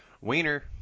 wiener